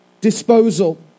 disposal